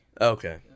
Okay